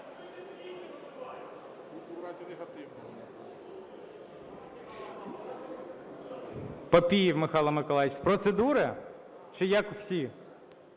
Папієв Михайло Миколайович. З процедури чи як всі?